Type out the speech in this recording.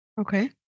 Okay